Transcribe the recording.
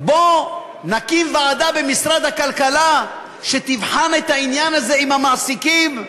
בוא נקים ועדה במשרד הכלכלה שתבחן את העניין הזה עם המעסיקים,